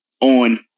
on